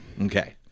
Okay